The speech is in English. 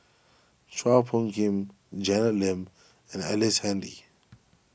Chua Phung Kim Janet Lim and Ellice Handy